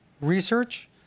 research